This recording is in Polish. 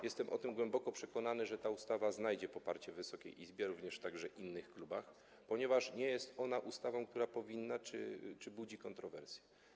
Jestem o tym głęboko przekonany, że ta ustawa znajdzie poparcie w Wysokiej Izbie - również innych klubów - ponieważ nie jest ona ustawą, która powinna budzić czy budzi kontrowersje.